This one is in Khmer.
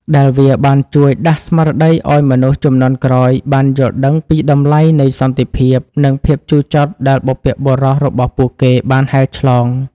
ដែលវាបានជួយដាស់ស្មារតីឲ្យមនុស្សជំនាន់ក្រោយបានយល់ដឹងពីតម្លៃនៃសន្តិភាព និងភាពជូរចត់ដែលបុព្វបុរសរបស់ពួកគេបានហែលឆ្លង។